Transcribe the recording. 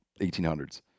1800s